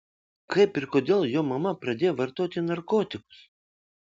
kaip ir kodėl jo mama pradėjo vartoti narkotikus